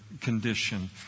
condition